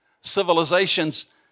civilizations